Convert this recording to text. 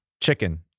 chicken